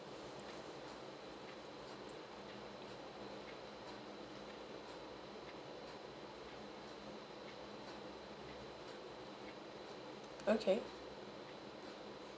okay